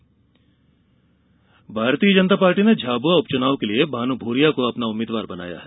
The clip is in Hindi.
भाजपा बैठक भारतीय जनता पार्टी ने झाबुआ उपचुनाव के लिए भानु भूरिया को अपना उम्मीद्वार बनाया है